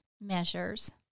measures